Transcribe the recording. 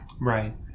Right